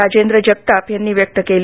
राजेंद्र जगताप यांनी व्यक्त केली